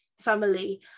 family